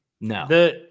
No